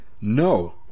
No